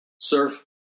surf